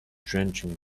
drenching